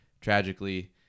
tragically